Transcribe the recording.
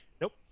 Nope